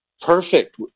Perfect